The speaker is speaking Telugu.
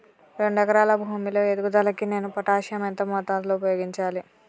రెండు ఎకరాల భూమి లో ఎదుగుదలకి నేను పొటాషియం ఎంత మోతాదు లో ఉపయోగించాలి?